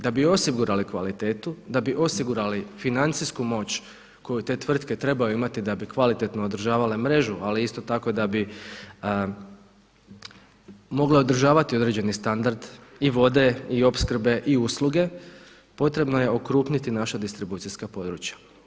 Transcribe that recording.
Da bi osigurali kvalitetu, da bi osigurali financijsku moć koju te tvrtke trebaju imati da bi kvalitetno održavale mrežu ali isto tako da bi mogle održavati određeni standard i vode i opskrbe i usluge potrebno je okrupniti naša distribucijska područja.